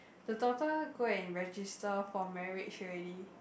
the daughter go and register for marriage already